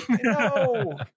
no